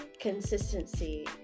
consistency